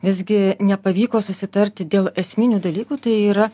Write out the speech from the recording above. visgi nepavyko susitarti dėl esminių dalykų tai yra